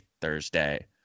Thursday